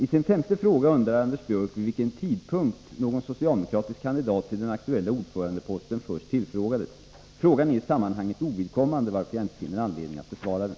I sin femte fråga undrar Anders Björck vid vilken tidpunkt någon socialdemokratisk kandidat till den aktuella ordförandeposten först tillfrågades. Frågan är i sammanhanget ovidkommande, varför jag inte finner anledning att besvara den.